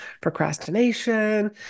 procrastination